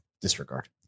disregard